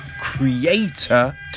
creator